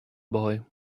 boy